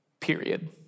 period